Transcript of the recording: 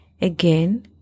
Again